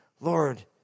Lord